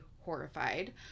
horrified